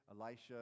Elisha